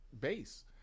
base